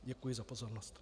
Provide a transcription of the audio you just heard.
Děkuji za pozornost.